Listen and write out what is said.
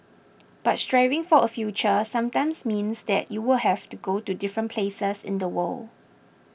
but striving for a future sometimes means that you will have to go to different places in the world